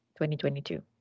2022